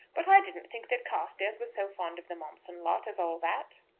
but i didn't think that carstairs was so fond of the momson lot as all that.